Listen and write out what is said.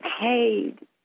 paid